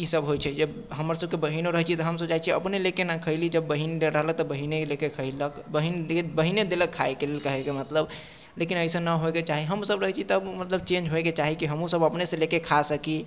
ई सभ होइत छै जे हमरसभके बहीनो रहैत छै तऽ हमसभ जाइत छी अपने लऽ कऽ न खयली जब बहीन दैत रहलक तऽ बहीने लऽ कऽ खिएलक बहीन दे बहीने देलक खाइके लेल कहैके मतलब लेकिन अइसन न होइके चाही हमसभ रहैत छी तब मतलब चेंज होइके चाही मतलब कि हमहुँसभ अपनेसँ लऽ कऽ खा सकी